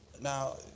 Now